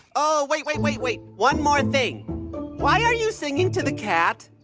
oh, wait, wait, wait, wait. one more thing why are you singing to the cat?